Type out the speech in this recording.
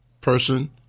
person